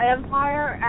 Empire